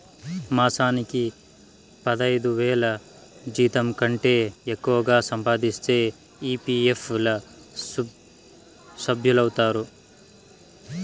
మాసానికి పదైదువేల జీతంకంటే ఎక్కువగా సంపాదిస్తే ఈ.పీ.ఎఫ్ ల సభ్యులౌతారు